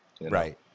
right